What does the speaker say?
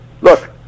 look